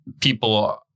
people